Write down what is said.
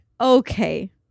okay